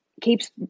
keeps